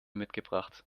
mitgebracht